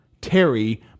Terry